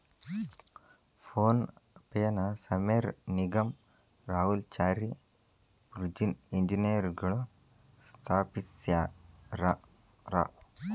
phone ಪೆನ ಸಮೇರ್ ನಿಗಮ್ ರಾಹುಲ್ ಚಾರಿ ಬುರ್ಜಿನ್ ಇಂಜಿನಿಯರ್ಗಳು ಸ್ಥಾಪಿಸ್ಯರಾ